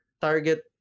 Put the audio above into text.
target